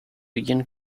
begin